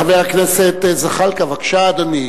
חבר הכנסת זחאלקה, בבקשה, אדוני.